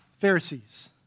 Pharisees